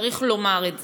וצריך לומר את זה.